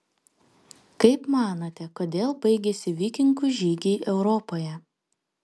kaip manote kodėl baigėsi vikingų žygiai europoje